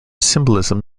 symbolism